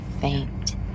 faint